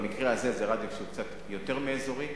במקרה הזה זה רדיו שהוא קצת יותר מאזורי.